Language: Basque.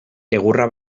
egurra